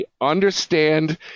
understand